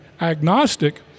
agnostic